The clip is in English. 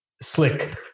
slick